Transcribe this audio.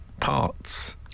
parts